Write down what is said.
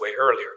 earlier